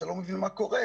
אתה לא מבין מה קורה.